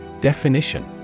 Definition